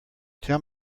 tell